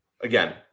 Again